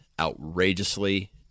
outrageously